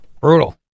brutal